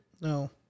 No